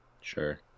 Sure